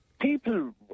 People